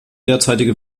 derzeitige